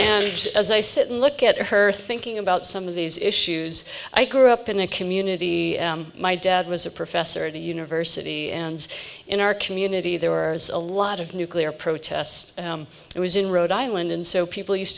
and as i sit and look at her thinking about some of these issues i grew up in a community my dad was a professor at the university and in our community there were a lot of nuclear protests it was in rhode island and so people used